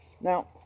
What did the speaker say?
Now